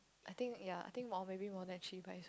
I think ya I think more maybe more than